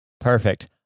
perfect